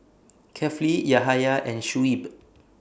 Kefli Yahaya and Shuib